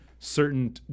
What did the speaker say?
certain